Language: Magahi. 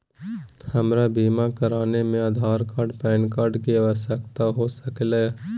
हमरा बीमा कराने में आधार कार्ड पैन कार्ड की आवश्यकता हो सके ला?